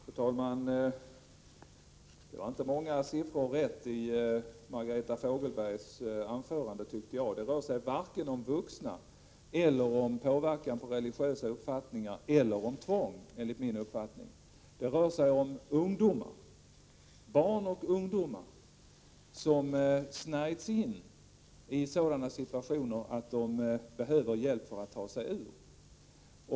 Fru talman! Det var inte många siffror som var rätt i Margareta Fogelbergs anförande, tycker jag. Det rör sig varken om vuxna eller om påverkan på religiösa uppfattningar eller om tvång. enligt min uppfattning. Det rör sig om barn och ungdomar som snärjts in i sådana situationer att de behöver hjälp för att ta sig ur dem.